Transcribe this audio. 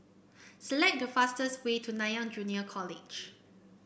select the fastest way to Nanyang Junior College